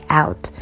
out